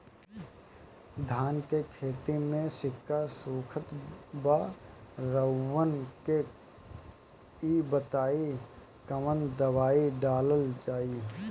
धान के खेती में सिक्का सुखत बा रउआ के ई बताईं कवन दवाइ डालल जाई?